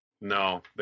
No